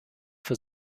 für